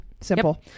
Simple